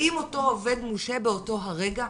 האם אותו עובד מושהה באותו הרגע?